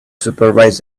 supervise